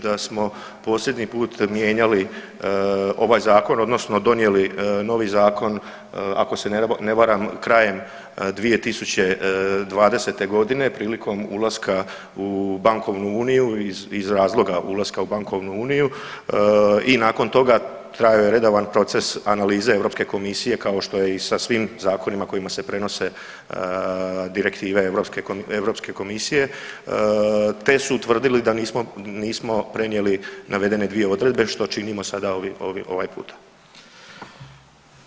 da smo posljednji put mijenjali ovaj zakon odnosno donijeli novi zakon ako se ne varam krajem 2020.g. prilikom ulaska u bankovnu uniju iz razloga ulaska u bankovnu uniju i nakon toga trajao je redovan proces analize Europske komisije kao što je i sa svim zakonima kojima se prenose direktive Europske komisije te su utvrdili da nismo prenijeli navedene dvije odredbe što činimo sada ovaj puta.